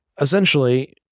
essentially